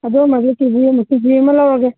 ꯑꯗꯨꯃꯁꯨ K G ꯑꯃ ꯂꯧꯔꯒꯦ